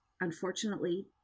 unfortunately